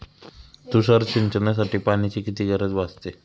तुषार सिंचनासाठी पाण्याची किती गरज भासते?